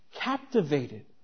captivated